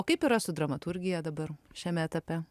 o kaip yra su dramaturgija dabar šiame etape